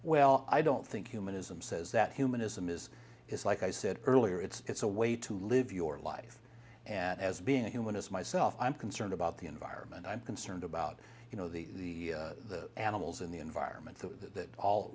well i don't think humanism says that humanism is is like i said earlier it's a way to live your life and as being human as myself i'm concerned about the environment i'm concerned about you know the animals in the environment that all